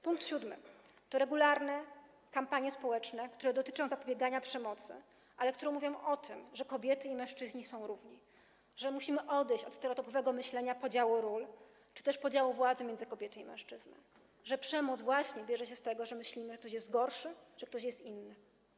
Punkt siódmy: regularne kampanie społeczne, które dotyczą zapobiegania przemocy, ale też które mówią o tym, że kobiety i mężczyźni są równi, że musimy odejść od stereotypowego myślenia o podziale ról czy też podziale władzy między kobiety i mężczyzn, że przemoc właśnie bierze się z tego, że myślimy, że ktoś jest gorszy, że ktoś jest inny.